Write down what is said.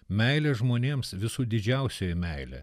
meilė žmonėms visų didžiausioji meilė